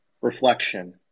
reflection